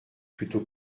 plutôt